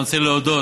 אני רוצה להודות